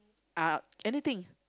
uh anything